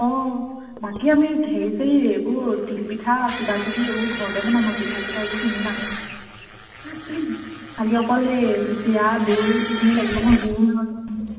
অঁ বাকী আমি হেৰি চেৰি এইবোৰ তিলপিঠা কিবাকিবি এইবোৰ ঘৰতেই বনাম আৰু পিঠা চিঠা এইবোৰ কিনি নানো খালি অকল সেই চিৰা দৈ এইখিনি লাগিব নহয় গুড়